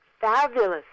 fabulous